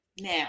Now